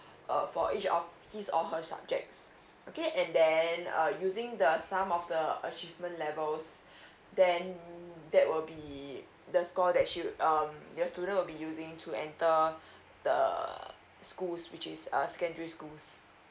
uh for each of his or her subjects okay and then uh using the some of the achievement levels then that will be the score that should um your student will be using to enter the schools which is uh secondary schools